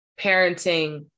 parenting